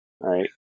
right